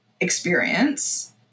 experience